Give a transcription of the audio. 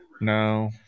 No